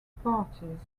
parties